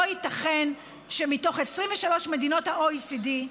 לא ייתכן, 23 מדינות ה-OECD,